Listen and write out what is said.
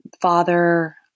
father